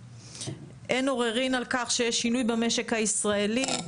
אין עוררין על כך שיש שינוי במשק הישראלי.